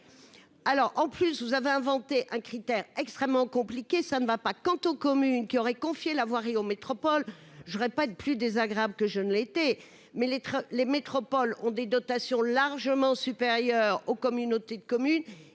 Alors en plus vous avez inventé un critère extrêmement compliqué, ça ne va pas, quant aux communes qui aurait confié la voirie en métropole je aurais pas de plus désagréable que je ne l'été mais les trains, les métropoles ont des dotations largement supérieur aux communautés de communes